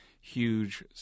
huge